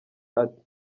ati